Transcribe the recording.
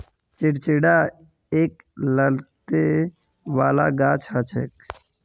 चिचिण्डा एक लत्ती वाला गाछ हछेक